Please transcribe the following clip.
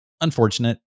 unfortunate